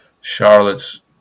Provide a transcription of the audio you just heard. Charlotte's